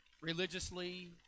religiously